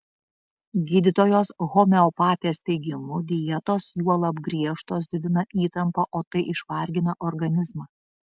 gydytojos homeopatės teigimu dietos juolab griežtos didina įtampą o tai išvargina organizmą